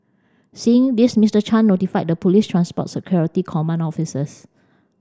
seeing this Mister Chan notified the police's transport security command officers